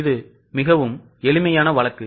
இது மிகவும் எளிமையான வழக்கு